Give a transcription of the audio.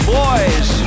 boys